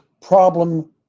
problem